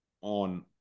on